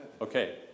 Okay